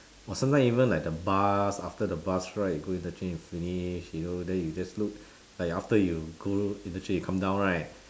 or sometime even like the bus after the bus ride you go interchange you finish you know then you just look like after you go interchange you come down right